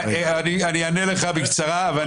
3 בעד, 8 נגד, 1